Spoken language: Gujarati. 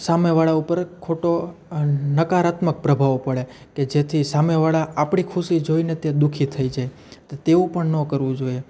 સામે વાળા ઉપર ખોટો નકારાત્મક પ્રભાવ પડે કે જેથી સામે વાળા આપણી ખુશી જોઈને તે દુઃખી થઈ જાય તે તેવું પણ ન કરવું જોઈએ